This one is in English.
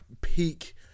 peak